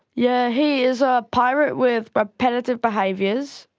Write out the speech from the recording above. yeah, he is a pirate with repetitive behaviours.